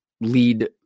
lead